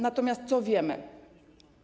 Natomiast co wiemy?